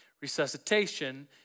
Resuscitation